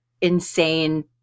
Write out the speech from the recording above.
insane